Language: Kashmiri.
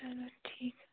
چلو ٹھیٖک